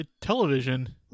Television